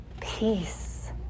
Peace